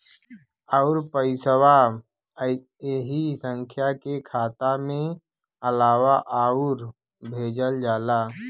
आउर पइसवा ऐही संख्या के खाता मे आवला आउर भेजल जाला